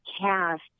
cast